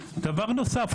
דבר נוסף,